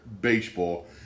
baseball